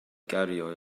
gario